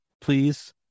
please